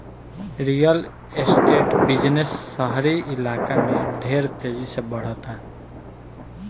real estate business शहरी इलाका में ढेर तेजी से बढ़ता